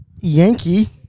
yankee